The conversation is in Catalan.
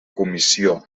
comissió